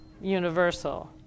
universal